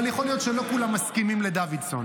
אבל יכול להיות שלא כולם מסכימים עם דוידסון,